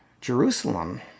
Jerusalem